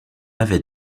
avait